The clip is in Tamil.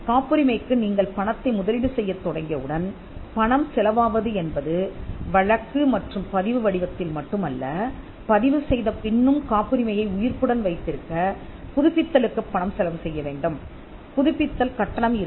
காப்புரிமைக்கு நீங்கள் பணத்தை முதலீடு செய்யத் தொடங்கியவுடன் பணம் செலவாவது என்பது வழக்கு மற்றும் பதிவு வடிவத்தில் மட்டுமல்ல பதிவு செய்த பின்னும் காப்புரிமையை உயிர்ப்புடன் வைத்திருக்கப் புதுப்பித்தலுக்குப் பணம் செலவு செய்யவேண்டும் புதுப்பித்தல் கட்டணம் இருக்கும்